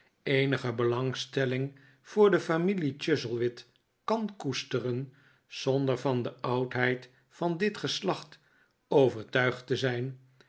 eenige belangstelling voor de familie chuzzlewit kan koesteren zonder van de oudheid van dit geslacht overtuigd te zijn